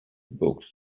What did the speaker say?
books